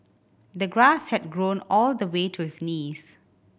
the grass had grown all the way to his knees